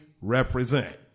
represent